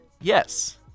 Yes